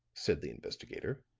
said the investigator,